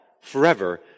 forever